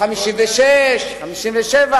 1956 1957,